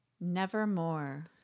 Nevermore